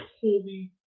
holy